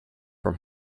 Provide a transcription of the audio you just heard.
from